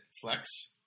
Flex